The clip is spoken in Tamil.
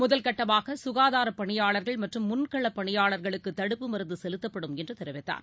முதல்கட்டமாக சுகாதாரப் பணியாளர்கள் மற்றும் முன்களப் பணியாளர்களுக்கு தடுப்பு மருந்து செலுத்தப்படும் என்று தெரிவித்தார்